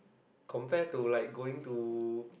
compare to like going to